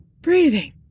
Breathing